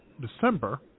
December